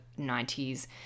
90s